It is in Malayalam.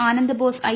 ആനന്ദബോസ് ഐ